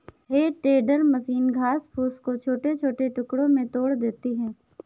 हे tender machine घास फूस को छोटे छोटे टुकड़ों में तोड़ देती है